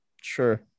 sure